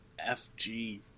fg